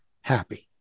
happy